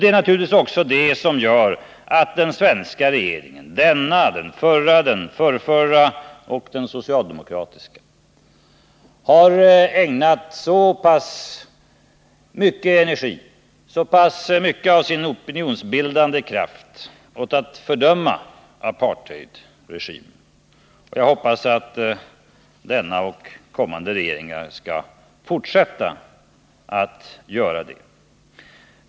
Det är naturligtvis också detta som gör att den svenska regeringen — denna, den förra, den förrförra och den socialdemokratiska — har ägnat så pass mycket energi, så pass mycket av sin opinionsbildande kraft, åt att fördöma apartheidregimen. Jag hoppas att denna och kommande regeringar skall fortsätta att göra det.